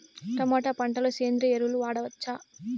Tomato పంట లో సేంద్రియ ఎరువులు వాడవచ్చా?